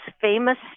famous